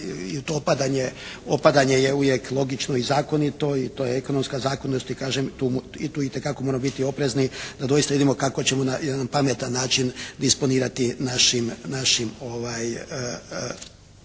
i to opadanje je uvijek logično i zakonito i to je ekonomska zakonitost i kažem i tu itekako moramo biti oprezan, da doista vidimo kako ćemo na jedan pametan način disponirati našim resursima